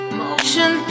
motion